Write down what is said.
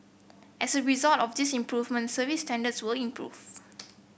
as a result of these improvement service standards will improve